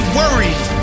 worried